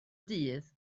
dydd